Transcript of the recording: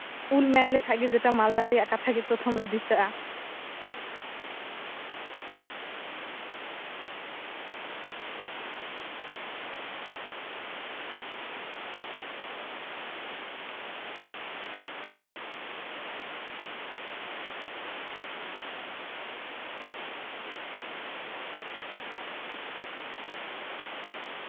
ᱩᱞ ᱢᱮᱱ ᱞᱮᱠᱷᱟᱡ ᱜᱮ ᱡᱮᱴᱟ ᱢᱟᱞᱫᱟ ᱨᱮᱭᱟᱜ ᱠᱟᱛᱷᱟ ᱜᱮ ᱯᱨᱚᱛᱷᱚᱢ ᱨᱮ ᱫᱤᱥᱟᱹᱜᱼᱟ